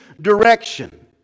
direction